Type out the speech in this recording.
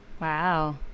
wow